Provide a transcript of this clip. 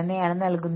ആളുകളുടെ ടീമുകൾക്ക് നൽകുന്നു